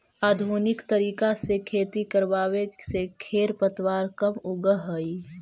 आधुनिक तरीका से खेती करवावे से खेर पतवार कम उगह हई